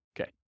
Okay